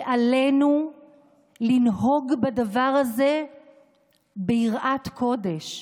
ועלינו לנהוג בדבר הזה ביראת קודש.